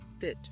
fit